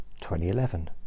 2011